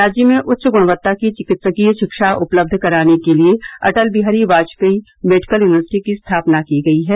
राज्य में उच्च गुणवत्ता की चिकित्सकीय शिक्षा उपलब्ध कराने के लिए अटल बिहारी वाजपेयी मेडिकल यूनिवर्सिटी की स्थापना की गयी है